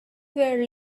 were